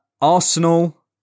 Arsenal